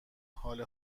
حال